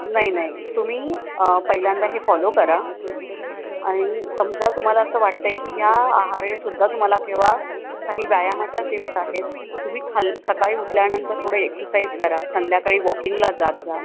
नाही नाही तुम्ही पहिल्यांदा हे फॉलो करा आणि समजा तुम्हाला असं वाटतं आहे की या आहारानेसुद्धा तुम्हाला केव्हा काही व्यायामाच्या टिप्स आहेत तुम्ही खाल् सकाळी उठल्यानंतर थोडं एक्ससाईज करा संध्याकाळी वॉकिंगला जात जा